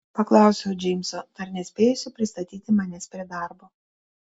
paklausiau džeimso dar nespėjusio pristatyti manęs prie darbo